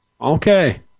Okay